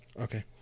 Okay